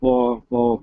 po po